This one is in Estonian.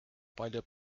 palju